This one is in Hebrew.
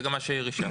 זה גם מה שהעיר ישי.